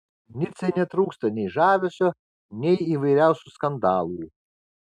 nicai netrūksta nei žavesio nei įvairiausių skandalų